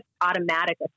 automatic